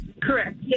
Correct